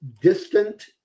Distant